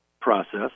process